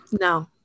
No